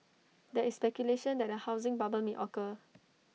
there is speculation that A housing bubble may occur